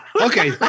Okay